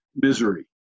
misery